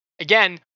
again